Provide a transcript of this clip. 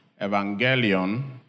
Evangelion